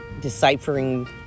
deciphering